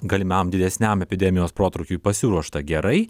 galimam didesniam epidemijos protrūkiui pasiruošta gerai